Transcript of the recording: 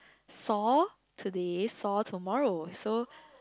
sore today soar tomorrow so